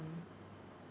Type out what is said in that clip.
um